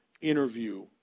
interview